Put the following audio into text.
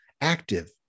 active